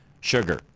Sugar